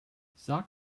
sag